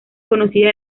conocidas